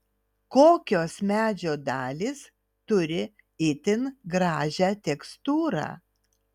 kokios medžio dalys turi itin gražią tekstūrą